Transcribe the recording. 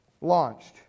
launched